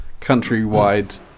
countrywide